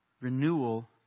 renewal